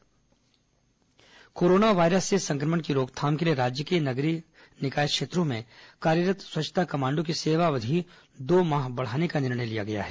corona स्वच्छता commando corona virus से संक्रमण की रोकथाम के लिए राज्य के नगरीय निकाय क्षेत्रों में कार्यरत स्वच्छता कमांडो की सेवा अवधि दो माह बढ़ाने का निर्णय लिया गया है